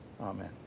Amen